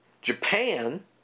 Japan